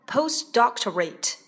Postdoctorate